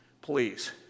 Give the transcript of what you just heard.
please